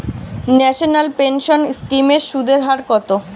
National pension scheme এর সুদের হার কত?